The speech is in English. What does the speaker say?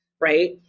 right